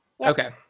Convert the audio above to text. Okay